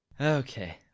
Okay